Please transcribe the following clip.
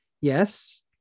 Yes